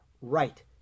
right